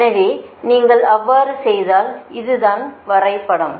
எனவே நீங்கள் அவ்வாறு செய்தால் இது தான் வரைபடம்